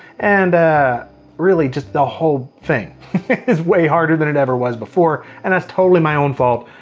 and really, just the whole thing is way harder than it ever was before, and that's totally my own fault.